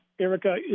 Erica